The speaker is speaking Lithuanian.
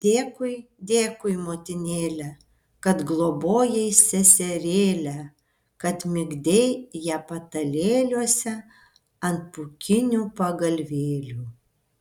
dėkui dėkui motinėle kad globojai seserėlę kad migdei ją patalėliuose ant pūkinių pagalvėlių